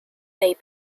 may